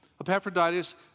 Epaphroditus